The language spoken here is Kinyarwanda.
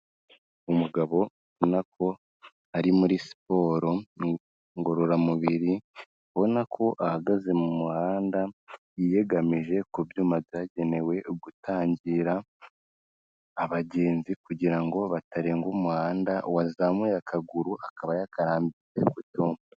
Umugabo ubona ko ari muri siporo ngororamubiri, ubona ko ahagaze mu muhanda yiyegamije ku byuma byagenewe gutangira, abagenzi kugira ngo batarenga umuhanda, wazamuye akaguru akaba yakarambitse ku cyuma.